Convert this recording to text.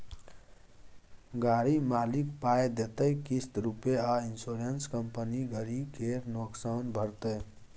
गाड़ी मालिक पाइ देतै किस्त रुपे आ इंश्योरेंस कंपनी गरी केर नोकसान भरतै